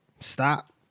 stop